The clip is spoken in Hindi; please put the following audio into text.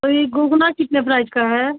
और यह घूघना कितने प्राइस का है